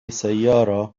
سيارة